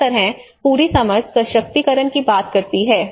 इस तरह पूरी समझ सशक्तिकरण की बात करती है